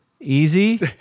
easy